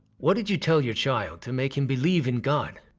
what did you tell your child to make him believe in god?